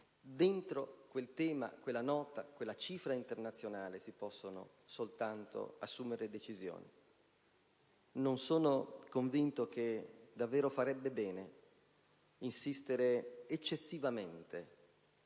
in quel tema, in quella cifra internazionale si possono soltanto assumere decisioni. Non sono convinto che davvero farebbe bene insistere eccessivamente